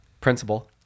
principal